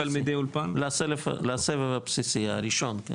לסבב הבסיסי, הראשון.